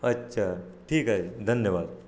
अच्छा ठिक आहे धन्यवाद